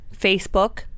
Facebook